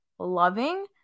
loving